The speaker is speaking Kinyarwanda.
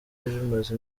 bimaze